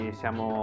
siamo